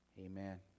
amen